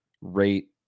rate